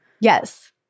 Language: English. Yes